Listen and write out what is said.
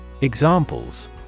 Examples